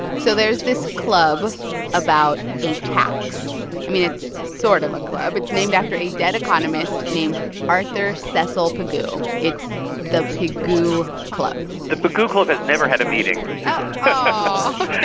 so there's this club about a tax. i mean, it's sort of a club. it's named after a dead economist named arthur cecil pigou. it's the pigou club the pigou club has never had a meeting aw,